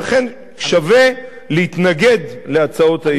ולכן שווה להתנגד להצעות האי-אמון.